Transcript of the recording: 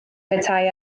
petai